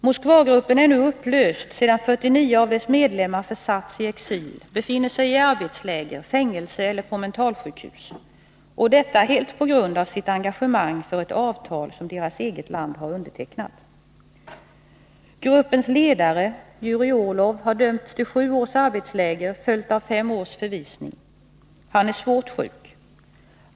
Moskvagruppen är nu upplöst sedan 49 av dess medlemmar försatts i exil eller befinner sig i arbetsläger, fängelse eller på mentalsjukhus — detta helt på grund av sitt engagemang för ett avtal som deras eget land har undertecknat. Gruppensledare Jurij Orlov har dömts till sju års arbetsläger, följt av fem års förvisning. Han är svårt sjuk.